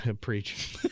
preach